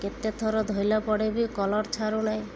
କେତେ ଥର ଧୋଇଲା ପରେ ବି କଲର୍ ଛାଡ଼ୁନାହିଁ